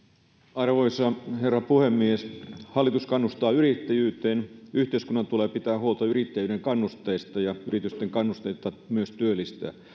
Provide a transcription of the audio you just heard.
arvoisa herra puhemies hallitus kannustaa yrittäjyyteen yhteiskunnan tulee pitää huolta yrittäjyyden kannusteista ja myös yritysten kannusteista työllistää